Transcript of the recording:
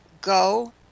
go